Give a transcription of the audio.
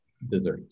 desserts